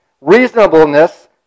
Reasonableness